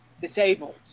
disabled